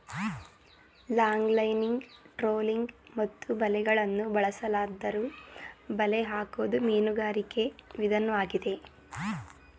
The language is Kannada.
ಲಾಂಗ್ಲೈನಿಂಗ್ ಟ್ರೋಲಿಂಗ್ ಮತ್ತು ಬಲೆಗಳನ್ನು ಬಳಸಲಾದ್ದರೂ ಬಲೆ ಹಾಕೋದು ಮೀನುಗಾರಿಕೆ ವಿದನ್ವಾಗಿದೆ